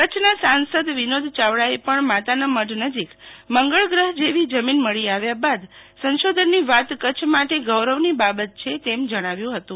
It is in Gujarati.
કચ્છના સાંસદ વિનોદ ચાવડાએ એ પણ માતાનામઢ નજીક મંગળ ગ્રહ જેવી જમીન મળી આવ્યા બાદ સંશોધનની વાત કચ્છ માટે ગૌરવની બાબત છે તેમ જણાવ્યું હતું